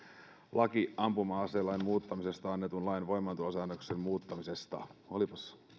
laki ampuma aselain muuttamisesta annetun lain voimaantulosäännöksen muuttamisesta olipas